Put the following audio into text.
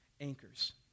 anchors